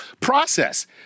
process